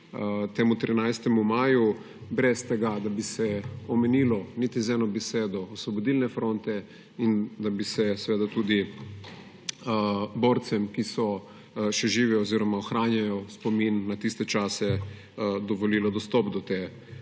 temu 13. maju; brez tega, da bi se omenilo niti z eno besedo Osvobodilno fronto in da bi se seveda tudi borcem, ki so še živi oziroma ohranjajo spomin na tiste čase, dovolilo dostop do te